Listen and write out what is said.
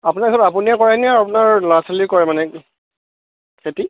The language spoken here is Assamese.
আপোনাৰ ঘৰত আপুনিয়ে কৰে নে আপোনাৰ ল'ৰা ছোৱালীয়ে কৰে মানে খেতি